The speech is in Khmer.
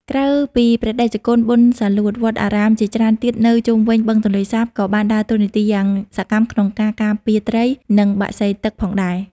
ក្រៅពីព្រះតេជគុណប៊ុន សាលួត វត្តអារាមជាច្រើនទៀតនៅជុំវិញ បឹងទន្លេសាប ក៏បានដើរតួនាទីយ៉ាងសកម្មក្នុងការ ការពារត្រី និងបក្សីទឹក ផងដែរ។